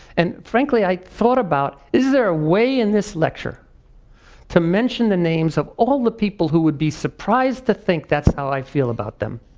and frankly, i thought about is there a way in this lecture to mention the names of all the people who would be surprised to think that's how i feel about them.